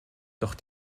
doch